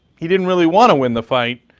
he didn't really want to win the fight,